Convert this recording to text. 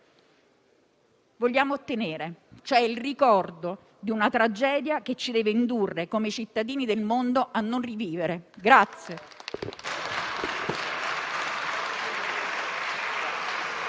vogliamo ottenere, cioè il ricordo di una tragedia, che ci deve indurre, come cittadini del mondo, a non riviverla.